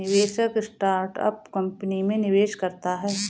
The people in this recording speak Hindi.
निवेशक स्टार्टअप कंपनी में निवेश करता है